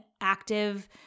active